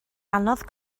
anodd